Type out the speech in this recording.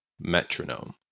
metronome